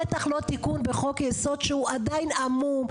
בטח לא תיקון בחוק יסוד שהוא עדיין עמום,